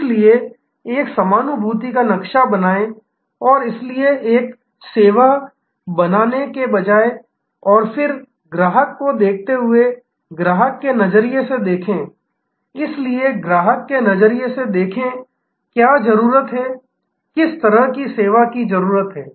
इसलिए एक समानुभूति का नक्शा बनाएं और इसलिए एक सेवा बनाने के बजाय और फिर ग्राहक को देखते हुए ग्राहक के नजरिए से देखें इसलिए ग्राहकों के नजरिए से देखें क्या जरूरत है किस तरह की सेवा की जरूरत है